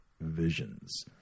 Visions